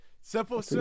Simple